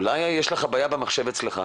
אולי יש לך בעיה במחשב אצלך...